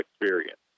experience